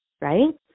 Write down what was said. right